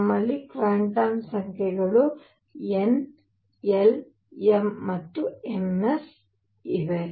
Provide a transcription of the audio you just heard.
ನಮ್ಮಲ್ಲಿ ಕ್ವಾಂಟಮ್ ಸಂಖ್ಯೆಗಳು n l m ಮತ್ತು ms ಇವೆ